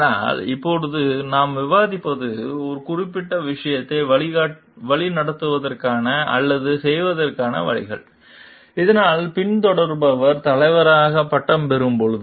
ஆனால் இப்போது நாம் விவாதிப்பது குறிப்பிட்ட விஷயங்களை வழிநடத்துவதற்கான அல்லது செய்வதற்கான வழிகள் இதனால் பின்தொடர்பவர் தலைவராக பட்டம் பெறும்போது